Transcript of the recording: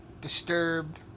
Disturbed